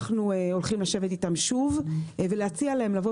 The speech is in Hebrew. אנחנו הולכים לשבת איתם שוב ולהציע להם לבוא